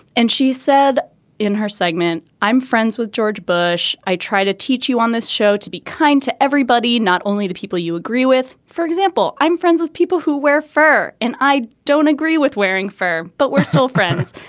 and she said in her segment i'm friends with george bush. i try to teach you on this show to be kind to everybody not only the people you agree with. for example i'm friends with people who wear fur. and i don't agree with wearing fur but we're still so friends.